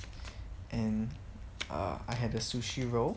and err I had the sushi roll